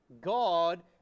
God